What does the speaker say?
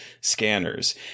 scanners